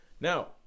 Now